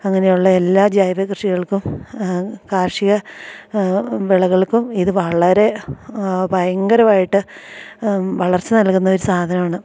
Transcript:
അങ്ങനെയുള്ള എല്ലാ ജൈവ കൃഷികൾക്കും കാർഷിക വിളകൾക്കും ഇത് വളരെ ഭയങ്കരമായിട്ട് വളർച്ച നൽകുന്ന ഒരു സാധനമാണ്